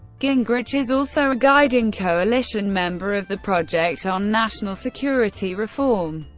gingrich is also a guiding coalition member of the project on national security reform.